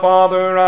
Father